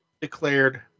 declared